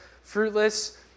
fruitless